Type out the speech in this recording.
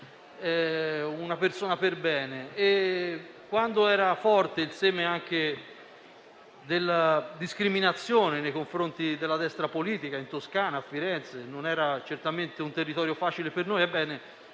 una persona per bene. Anche quando era forte il seme della discriminazione nei confronti della destra politica in Toscana, a Firenze, che non era certamente un territorio facile per noi,